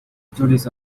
stories